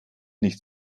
nicht